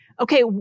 Okay